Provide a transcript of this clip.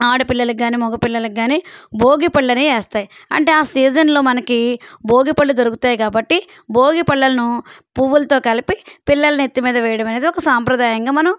ఆడ పిల్లలకి కానీ మగ పిల్లలకు కానీ భోగిపళ్ళనే వేస్తారు అంటే ఆ సీజన్లో మనకి భోగి పళ్ళు దొరుకుతాయి కాబట్టి భోగి పళ్ళను పువ్వులతో కలిపి పిల్లల నెత్తి మీద వేయడమనేది ఒక సాంప్రదాయంగా మనం